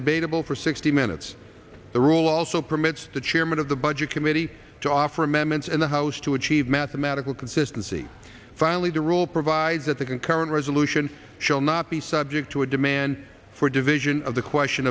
debatable for sixty minutes the rule also permits the chairman of the budget committee to offer amendments in the house to achieve mathematical consistency finally the rule provides that they can current resolution shall not be subject to a demand for division of the question